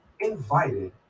invited